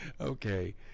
okay